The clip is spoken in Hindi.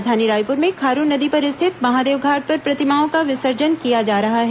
राजधानी रायपुर में खारून नदी पर स्थित महादेवघाट पर प्रतिमाओं का विसर्जन किया जा रहा है